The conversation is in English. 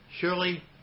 Surely